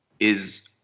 is